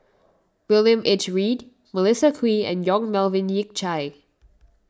William H Read Melissa Kwee and Yong Melvin Yik Chye